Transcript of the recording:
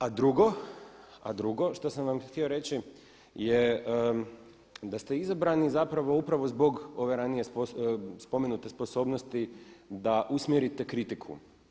A drugo što sam vam htio reći je da ste izabrani zapravo upravo zbog ove ranije spomenute sposobnosti da usmjerite kritiku.